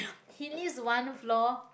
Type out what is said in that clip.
his lived one floor